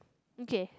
okay